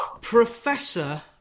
Professor